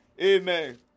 Amen